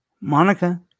Monica